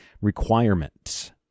requirements